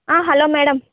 hello madam